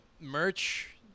merch